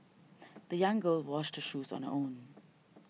the young girl washed shoes on her own